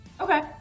Okay